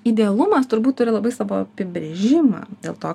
idealumas turbūt yra turbūt turi labai savo apibrėžimą dėl to